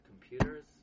computers